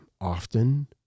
often